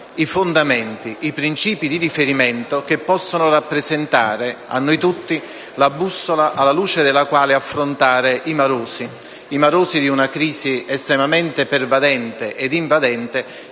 i fondamenti, i principi di riferimento che possono rappresentare a noi tutti la bussola con la quale affrontare i marosi di una crisi estremamente pervadente e invadente,